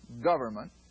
government